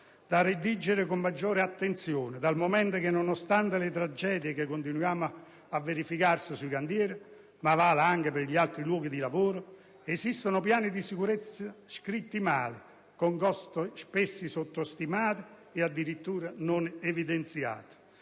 da redigere con maggiore attenzione, dal momento che, nonostante le tragedie che continuano a verificarsi sui cantieri - ma vale anche per gli altri luoghi di lavoro - esistono piani di sicurezza scritti male, con costi spesso sottostimati o addirittura non evidenziati.